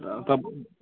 तब